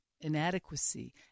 inadequacy